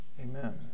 Amen